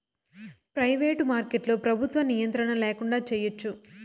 private మార్కెట్లో ప్రభుత్వ నియంత్రణ ల్యాకుండా చేయచ్చు